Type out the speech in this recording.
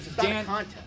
Dan